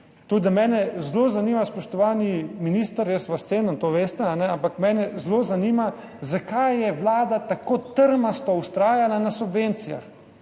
Mene zelo zanima, spoštovani minister, jaz vas cenim, to veste, ampak mene zelo zanima, zakaj je vlada tako trmasto vztrajala pri subvencijah?